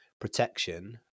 protection